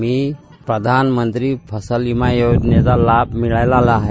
मी प्रधानमंत्री फसल बिमा योजनेचा लाभ मिळाला आहे